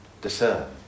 discern